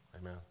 Amen